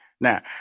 Now